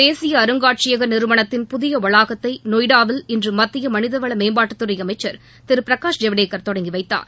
தேசிய அருங்காட்சியக நிறுவனத்தின் புதிய வளாகத்தை நொய்டாவில் இன்று மத்திய மனிதவள மேம்பாட்டுத்துறை அமைச்சர் திரு பிரகாஷ் ஜவ்டேக்கர் தொடங்கி வைத்தார்